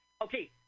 Okay